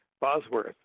Bosworth